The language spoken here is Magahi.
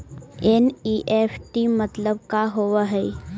एन.ई.एफ.टी मतलब का होब हई?